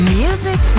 music